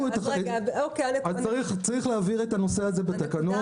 צריך להבהיר את הנושא הזה בתקנות,